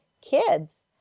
kids